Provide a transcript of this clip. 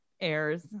airs